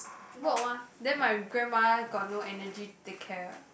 work mah then my grandma got no energy to take care